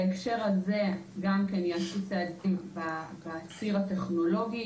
בהקשר הזה ייעשו צעדים בציר הטכנולוגי